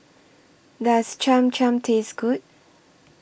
Does Cham Cham Taste Good